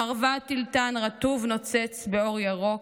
/ מרבד תלתן רטוב נוצץ באור ירוק,